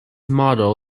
model